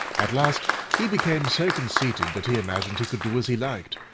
at last he became so conceited that he imagined he could do as he liked,